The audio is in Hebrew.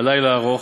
הלילה ארוך,